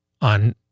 on